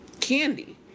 Candy